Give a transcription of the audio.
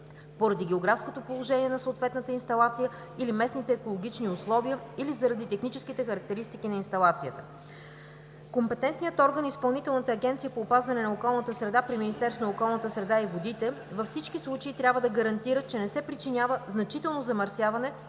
поради географското положение на съответната инсталация или местните екологични условия, или заради техническите характеристики на инсталацията. Компетентният орган Изпълнителната агенция по опазване на околната среда при Министерството на околната среда и водите във всички случаи трябва да гарантира, че не се причинява значително замърсяване